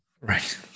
right